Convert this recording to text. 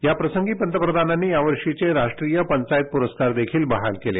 याप्रसंगी पंतप्रधानांनी यावर्षीचे राष्ट्रीय पंचायत प्रस्कार देखील बहाल केले